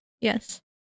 Yes